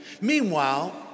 Meanwhile